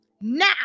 Now